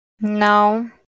No